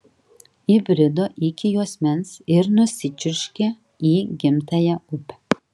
įbrido iki juosmens ir nusičiurškė į gimtąją upę